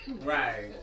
Right